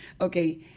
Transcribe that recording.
okay